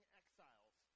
exiles